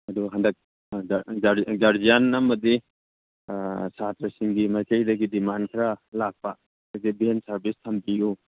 ꯑꯗꯣ ꯍꯟꯗꯛ ꯍꯟꯗꯛ ꯒꯥꯔꯖꯤꯌꯥꯟ ꯁꯥꯇ꯭ꯔꯁꯤꯡꯒꯤ ꯃꯏꯀꯩꯗꯒꯤꯗꯤ ꯗꯤꯃꯥꯟꯗ ꯈꯔ ꯂꯥꯛꯄ ꯑꯗꯒꯤ ꯚꯦꯟ ꯁꯔꯚꯤꯁ ꯊꯝꯕꯤꯌꯨ